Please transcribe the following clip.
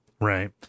right